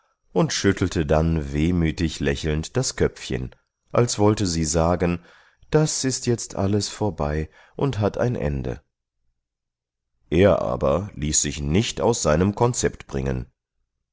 und schüttelte dann wehmütig lächelnd das köpfchen als wollte sie sagen das ist jetzt alles vorbei und hat ein ende er aber ließ sich nicht aus seinem konzept bringen